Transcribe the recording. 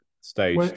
stage